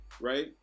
right